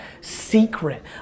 secret